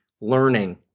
learning